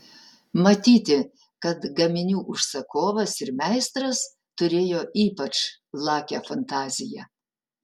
matyti kad gaminių užsakovas ir meistras turėjo ypač lakią fantaziją